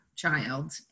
child